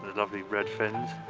lovely red fins.